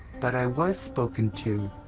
but i was spoken to?